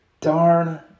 darn